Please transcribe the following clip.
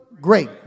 great